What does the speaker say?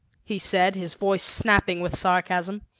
he said, his voice snapping with sarcasm.